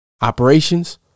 Operations